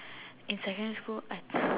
in secondary school I